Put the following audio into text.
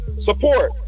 support